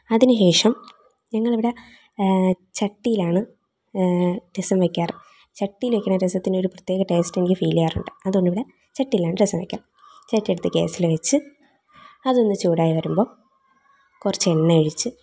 അതിന് ശേഷം ഞങ്ങളിവിടെ ചട്ടിയിലാണ് രസം വെക്കാറ് ചട്ടിയിൽ വെക്കണ രസത്തിന് ഒരു പ്രത്യേക ടേസ്റ്റ് എനിക്ക് ഫീല് ചെയ്യാറുണ്ട് അതുകൊണ്ട് ഇവിടെ ചട്ടിയിലാണ് രസം വെക്കാറ് ചട്ടിയെടുത്ത് ഗ്യാസിൽ വെച്ച് അതൊന്ന് ചൂടായി വരുമ്പോൾ കുറച്ച് എണ്ണയൊഴിച്ച്